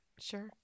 Sure